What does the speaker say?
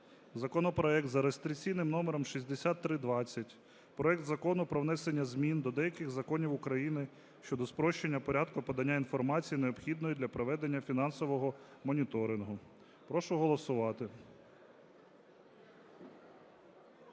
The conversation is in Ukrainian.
законопроект за реєстраційним номером 6320: проект Закону про внесення змін до деяких законів України щодо спрощення порядку подання інформації, необхідної для проведення фінансового моніторингу. Прошу голосувати.